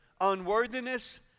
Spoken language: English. unworthiness